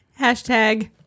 Hashtag